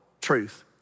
truth